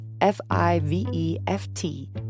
F-I-V-E-F-T